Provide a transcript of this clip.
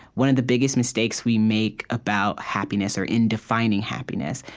one of the biggest mistakes we make about happiness, or in defining happiness,